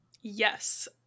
yes